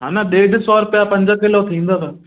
हा न ॾेढ सौ रुपया पंज किलो थींदव